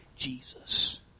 Jesus